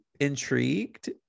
intrigued